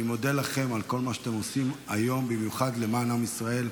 אני מודה לכם על כל מה שאתם עושים היום במיוחד למען עם ישראל.